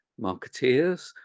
marketeers